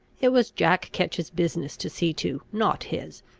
it was jack ketch's business to see to, not his.